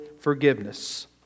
Forgiveness